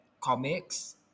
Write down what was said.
comics